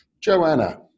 Joanna